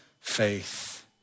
faith